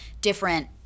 different